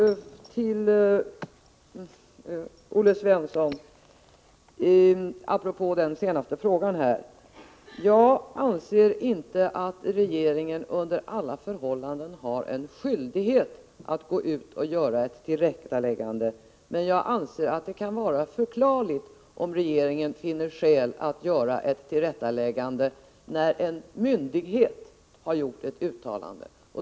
Fru talman! Till Olle Svensson apropå den senaste frågan: Jag anser inte att regeringen under alla förhållanden har en skyldighet att gå ut och göra ett tillrättaläggande, men jag anser att det kan vara förklarligt om regeringen finner skäl att göra ett tillrättaläggande, när en myndighet har gjort ett uttalande.